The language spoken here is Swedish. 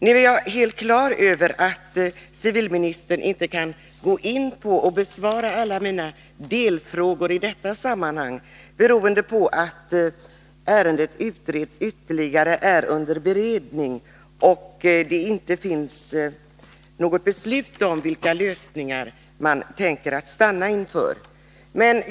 Jag är helt på det klara med att civilministern inte kan gå in på och besvara alla mina delfrågor i detta sammanhang, beroende på att ärendet håller på att utredas ytterligare och att det inte finns något beslut om vilka lösningar man tänker stanna inför.